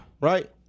Right